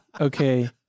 okay